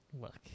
Look